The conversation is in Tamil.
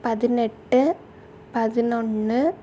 பதினெட்டு பதினொன்று